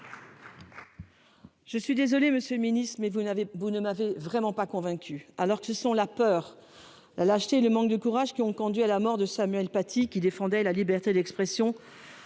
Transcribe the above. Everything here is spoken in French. Je suis désolée, monsieur le ministre, mais vous ne m'avez vraiment pas convaincue ! Alors que ce sont la peur, la lâcheté et le manque de courage qui ont conduit à la mort de Samuel Paty, ce professeur qui défendait la liberté d'expression,